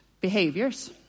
behaviors